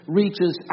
reaches